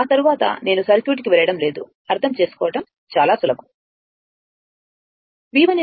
ఆ తరువాత నేను సర్క్యూట్కు వెళ్ళడం లేదు అర్థం చేసుకోవడం చాలా సులభం